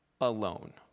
alone